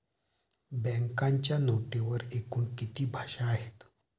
बँकेच्या नोटेवर एकूण किती भाषा आहेत?